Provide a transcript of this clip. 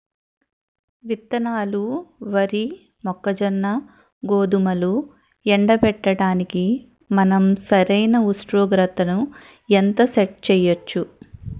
విత్తనాలు వరి, మొక్కజొన్న, గోధుమలు ఎండబెట్టడానికి మనం సరైన ఉష్ణోగ్రతను ఎంత సెట్ చేయవచ్చు?